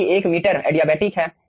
बाकी 1 metre adiabatic है